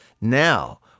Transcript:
Now